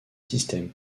système